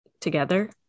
together